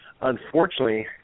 Unfortunately